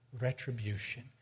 retribution